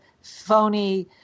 phony